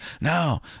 Now